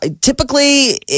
Typically